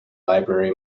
library